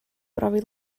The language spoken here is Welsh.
brofi